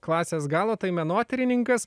klasės galo tai menotyrininkas